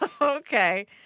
Okay